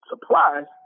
surprise